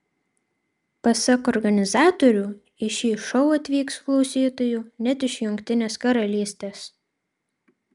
pasak organizatorių į šį šou atvyks klausytojų net iš jungtinės karalystės